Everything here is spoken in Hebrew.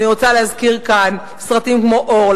אני רוצה להזכיר כאן סרטים כמו "אור",